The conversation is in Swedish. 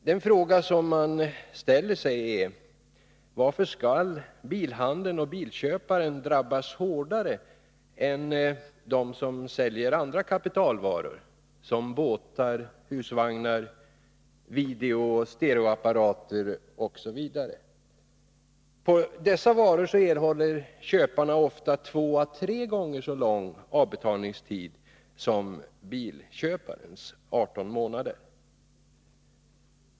Den fråga som man ställer sig är: Varför skall bilhandeln och bilköparen drabbas hårdare än de som säljer och köper andra kapitalvaror, såsom båtar, husvagnar, videooch stereoapparater? Köparna av dessa varor erhåller ofta två å tre gånger så lång avbetalningstid som bilköparens 18 månader.